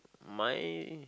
my